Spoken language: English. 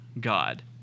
God